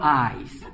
eyes